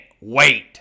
wait